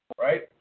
right